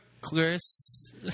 Chris